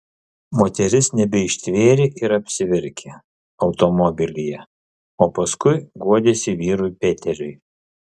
moteris nebeištvėrė ir apsiverkė automobilyje o paskui guodėsi vyrui peteriui